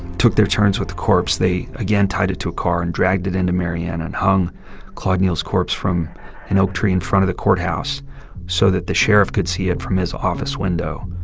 took their turns with the corpse. they again tied it to a car and dragged it into marianna and hung claude neal's corpse from an oak tree in front of the courthouse so that the sheriff could see it from his office window.